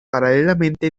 paralelamente